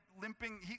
limping